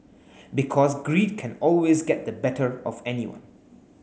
because greed can always get the better of anyone